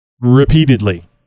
repeatedly